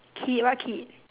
kid what kid